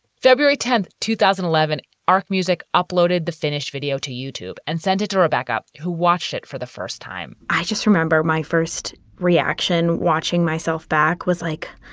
february tenth, two thousand and eleven, ark music uploaded the finished video to youtube and sent it to a backup who watched it for the first time i just remember my first reaction watching myself back was like,